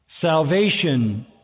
salvation